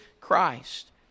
Christ